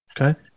okay